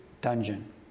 dungeon